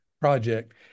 project